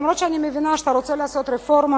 אף-על-פי שאני מבינה שאתה רוצה לעשות רפורמה,